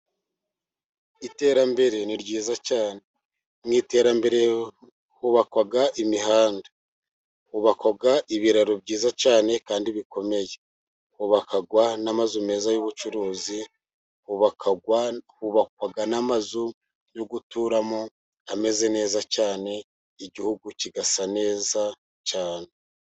Iterambere ni ryiza cyane, mu iterambere hubakwa imihanda, hubakwa ibiraro byiza cyane kandi bikomeye, hubakwa n'amazu meza y'ubucuruzi hubakwa n'amazu yo guturamo ameze neza cyane, igihugu kigasa neza cyane.